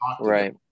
right